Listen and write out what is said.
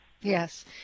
Yes